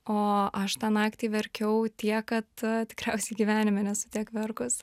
o aš tą naktį verkiau tiek kad tikriausiai gyvenime nesu tiek verkus